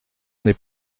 n’est